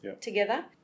together